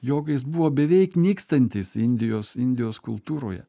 jogais buvo beveik nykstantis indijos indijos kultūroje